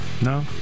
No